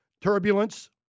turbulence